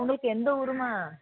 உங்களுக்கு எந்த ஊரும்மா